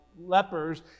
lepers